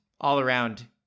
All-around